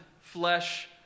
flesh